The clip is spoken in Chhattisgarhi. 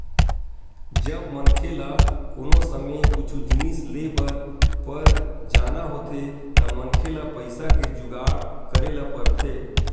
जब मनखे ल कोनो समे कुछु जिनिस लेय बर पर जाना होथे त मनखे ल पइसा के जुगाड़ करे ल परथे